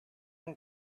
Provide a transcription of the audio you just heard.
and